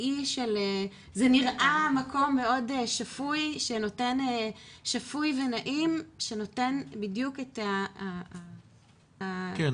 זה נראה מקום מאוד שפוי ונעים שנותן בדיוק את התווך --- כן,